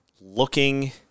looking